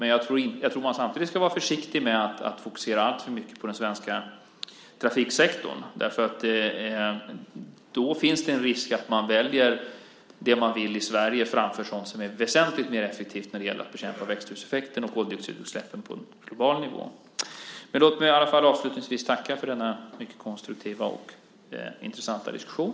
Men jag tror att man samtidigt ska vara försiktig med att fokusera alltför mycket på den svenska trafiksektorn, därför att det då finns en risk att man väljer det man vill i Sverige framför sådant som är väsentligt mer effektivt när det gäller att bekämpa växthuseffekten och koldioxidutsläppen på global nivå. Låt mig i alla fall avslutningsvis tacka för denna mycket konstruktiva och intressanta diskussion.